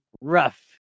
rough